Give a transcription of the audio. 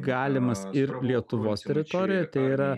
galimas ir lietuvos teritorijoje tai yra